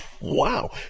Wow